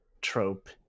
trope